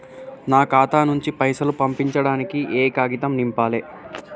నా ఖాతా నుంచి పైసలు పంపించడానికి ఏ కాగితం నింపాలే?